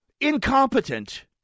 Incompetent